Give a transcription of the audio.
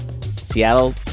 Seattle